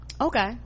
okay